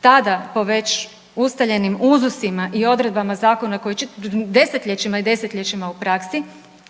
tada po već ustaljenim uzusima i odredbama zakona koji desetljećima i desetljećima u praksi,